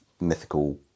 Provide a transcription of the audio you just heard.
mythical